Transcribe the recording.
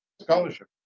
scholarship